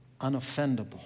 unoffendable